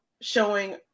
showing